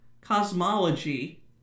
cosmology